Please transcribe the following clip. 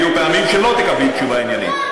ויהיו פעמים שלא תקבלי תשובה עניינית.